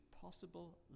possible